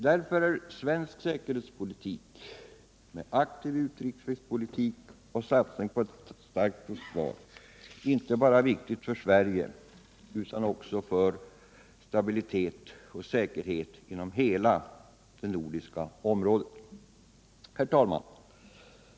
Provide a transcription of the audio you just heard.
Därför är Sveriges säkerhetspolitik med en aktiv utrikespolitik och satsning på ett starkt försvar viktig inte bara för Sverige utan för stabilitet och säkerhet inom hela det nordiska området. Herr talman!